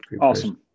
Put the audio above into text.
Awesome